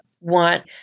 want